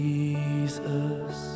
Jesus